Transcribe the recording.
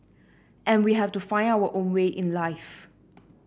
and we have to find our own way in life